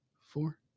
four